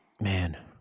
man